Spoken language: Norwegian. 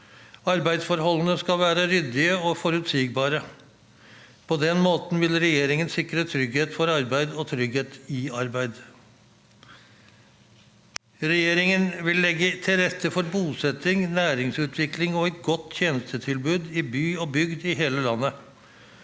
Arbeidsforholdene skal være ryddige og forutsigbare. På den måten vil regjeringen sikre trygghet for arbeid og trygghet i arbeid. Regjeringen vil legge til rette for bosetting, næringsutvikling og et godt tjenestetilbud i by og bygd i hele landet.